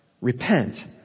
Repent